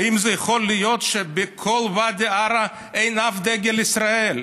האם זה יכול להיות שבכל ואדי עארה אין אף דגל ישראל,